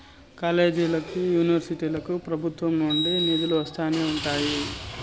కాలేజీలకి, యూనివర్సిటీలకు ప్రభుత్వం నుండి నిధులు వస్తూనే ఉంటాయి